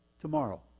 Tomorrow